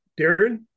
Darren